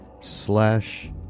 slash